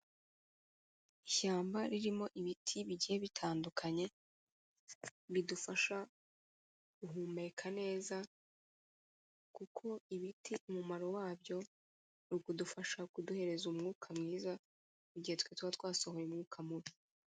Ishyamba ririmo ibiti bigiye bitandukanye, bidufasha guhumeka neza kuko ibiti umumaro wabyo ni ukudufasha kuduhereza umwuka mwiza, igihe twe tuba twasohoye umwuka mubi.